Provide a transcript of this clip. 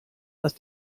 dass